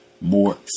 more